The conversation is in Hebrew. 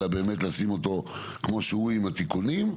אלא באמת לשים אותו כמו שהוא עם התיקונים.